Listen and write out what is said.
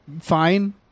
fine